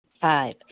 Five